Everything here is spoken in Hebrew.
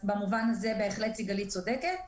במובן הזה בהחלט סיגלית צודקת.